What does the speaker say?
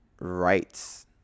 rights